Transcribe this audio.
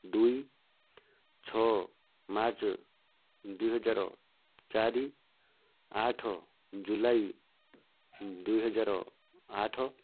ଦୁଇ ଛଅ ମାର୍ଚ୍ଚ ଦୁଇ ହଜାର ଚାରି ଆଠ ଜୁଲାଇ ଦୁଇ ହଜାର ଆଠ